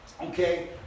okay